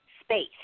space